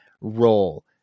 role